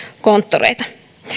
konttoreita